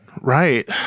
Right